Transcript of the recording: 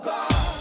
God